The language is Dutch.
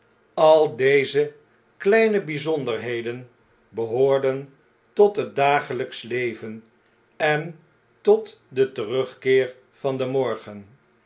al deze kleine bijzonderheden behoorden tot het dageljjksch leven en tot den terugkeer van den morgen